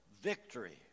victory